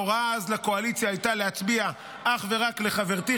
ההוראה אז לקואליציה הייתה להצביע אך ורק לחברתי,